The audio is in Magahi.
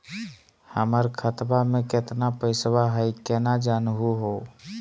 हमर खतवा मे केतना पैसवा हई, केना जानहु हो?